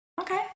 Okay